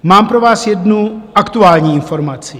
Mám pro vás jednu aktuální informaci.